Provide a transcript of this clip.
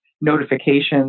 notifications